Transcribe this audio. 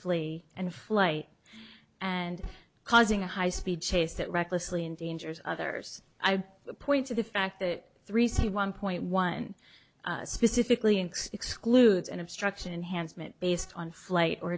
flee and flight and causing a high speed chase that recklessly endangers others i point to the fact that three c one point one specifically excludes an obstruction hands meant based on flight or